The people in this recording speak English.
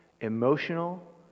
emotional